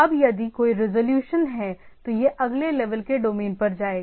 अब यदि कोई रिवॉल्यूशन है तो यह अगले लेवल के डोमेन पर जाएगा